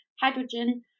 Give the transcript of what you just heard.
hydrogen